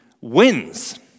wins